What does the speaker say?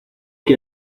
que